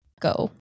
go